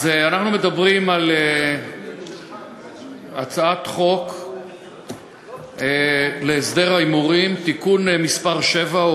אז אנחנו מדברים על הצעת חוק להסדר ההימורים בספורט (תיקון מס' 7,